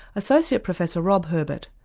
associate professor rob herbert,